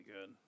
good